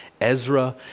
Ezra